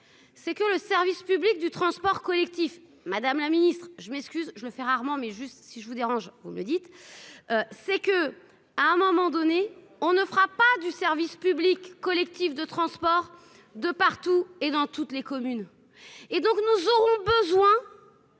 C'est que le service public du transport collectif, madame la Ministre, je m'excuse, je le fais rarement mais juste si je vous dérange, vous le dites, c'est que à un moment donné, on ne fera pas du service public collectifs de transport de partout et dans toutes les communes et donc nous aurons besoin.